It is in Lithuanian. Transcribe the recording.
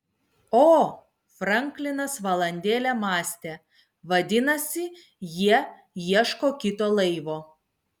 o franklinas valandėlę mąstė vadinasi jie ieško kito laivo